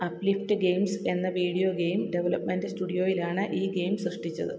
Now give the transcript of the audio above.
uplift games എന്ന video game development സ്റ്റുഡിയോയിലാണ് ഈ ഗെയിം സൃഷ്ടിച്ചത്